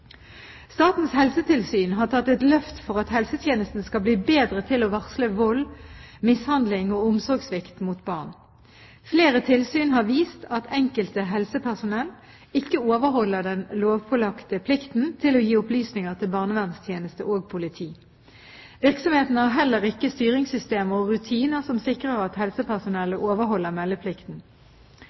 Statens helsetilsyn har tatt et løft for at helsetjenesten skal bli bedre til å varsle vold, mishandling og omsorgssvikt mot barn. Flere tilsyn har vist at enkelte helsepersonell ikke overholder den lovpålagte plikten til å gi opplysninger til barnevernstjeneste og politi. Virksomheten har heller ikke styringssystemer og rutiner som sikrer at helsepersonell overholder meldeplikten.